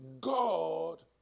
God